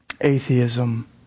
atheism